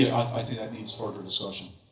i think that needs further discussion.